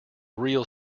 real